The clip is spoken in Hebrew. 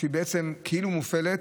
שהיא בעצם כאילו מופעלת,